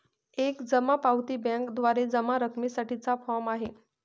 एक जमा पावती बँकेद्वारे जमा रकमेसाठी चा फॉर्म आहे